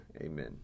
amen